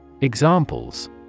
Examples